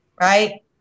right